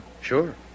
Sure